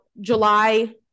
July